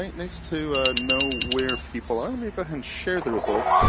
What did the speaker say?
nice to know where people are, let me go ahead and share the results.